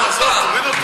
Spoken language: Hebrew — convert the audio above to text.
עוד פעם.